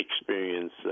experience